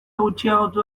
gutxiagotu